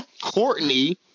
Courtney